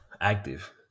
active